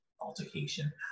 altercation